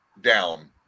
down